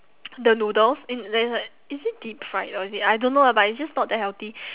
the noodles in there it's like is it deep fried or is it I don't know lah but it's just not that healthy